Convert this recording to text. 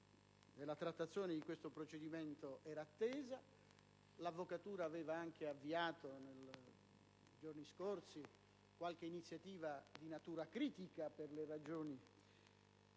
trattazione di questo provvedimento, era attesa. L'avvocatura aveva anche avviato nei giorni scorsi qualche iniziativa di natura critica per le ragioni